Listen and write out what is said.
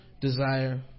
desire